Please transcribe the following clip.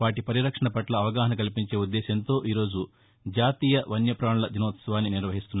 వాటి వరిరక్షణపట్ల అవగాహన కల్పించే ఉద్దేశ్యంతో ఈ రోజు జాతీయ వన్యపాణుల దినోత్సవాన్ని నిర్వహిస్తున్నారు